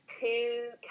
two